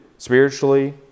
Spiritually